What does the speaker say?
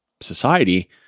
society